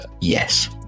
Yes